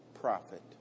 profit